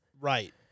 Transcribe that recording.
Right